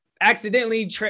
accidentally